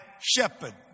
shepherd